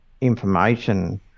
information